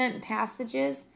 passages